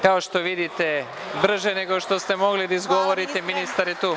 Kao što vidite, brže nego što ste mogli da izgovorite, ministar je tu.